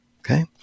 okay